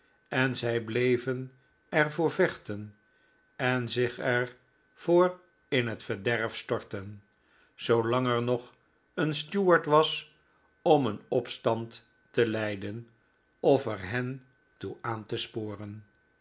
en zij bleven er voor vechten en zich er voor in het verderf storten zoolang er nog een stuart was om een opstand te leiden of er hen toe aan te sporen